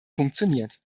funktioniert